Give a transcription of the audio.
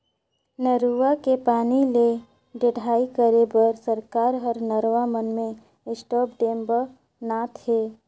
नरूवा के पानी ले टेड़ई करे बर सरकार हर नरवा मन में स्टॉप डेम ब नात हे